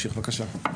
בבקשה.